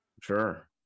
sure